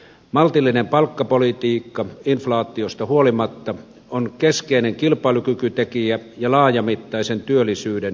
maltillinen palkkapolitiikka inflaatiosta huolimatta on keskeinen kilpailukykytekijä ja laajamittaisen työllisyyden edellytys